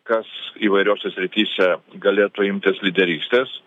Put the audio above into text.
kas įvairiose srityse galėtų imtis lyderystės